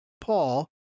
Paul